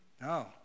no